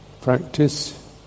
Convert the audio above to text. practice